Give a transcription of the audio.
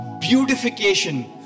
beautification